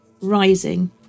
rising